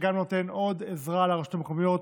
שנותן עוד עזרה לרשויות המקומיות